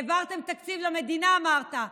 העברתם תקציב למדינה, אמרת.